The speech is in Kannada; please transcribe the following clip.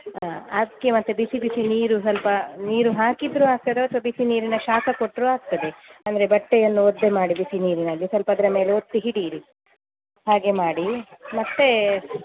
ಹಾಂ ಅದಕ್ಕೆ ಮತ್ತೆ ಬಿಸಿ ಬಿಸಿ ನೀರು ಸ್ವಲ್ಪ ನೀರು ಹಾಕಿದರೂ ಆಗ್ತದೆ ಅಥವಾ ಬಿಸಿನೀರಿನ ಶಾಖ ಕೊಟ್ಟರೂ ಆಗ್ತದೆ ಅಂದರೆ ಬಟ್ಟೆಯನ್ನು ಒದ್ದೆ ಮಾಡಿ ಬಿಸಿನೀರಿನಲ್ಲಿ ಸ್ವಲ್ಪ ಅದರ ಮೇಲೆ ಒತ್ತಿ ಹಿಡಿಯಿರಿ ಹಾಗೆ ಮಾಡಿ ಮತ್ತು